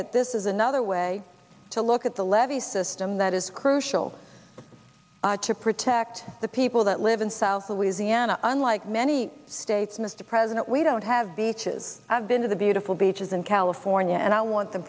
that this is another way to look at the levee system that is crucial to protect the people that live in south louisiana unlike many states mr president we don't have beaches i've been to the beautiful beaches in california and i want them